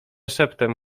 szeptem